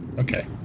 Okay